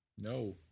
no